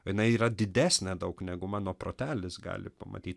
o jinai yra didesnė daug negu mano protelis gali pamatyt